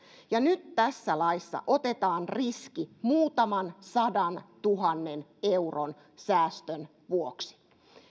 nyt tässä laissa otetaan riski muutaman sadantuhannen euron säästön vuoksi